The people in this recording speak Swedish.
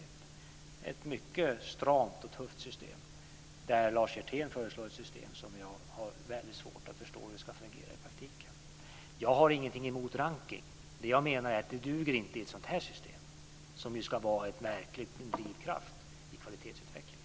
Det är ett mycket tufft och stramt system. Lars Hjertén föreslår ett system som jag har väldigt svårt att förstå hur det ska fungera i praktiken. Jag har ingenting emot rankning, men det duger inte i ett sådant här system som ju ska vara en verklig drivkraft i kvalitetsutvecklingen.